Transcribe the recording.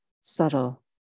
subtle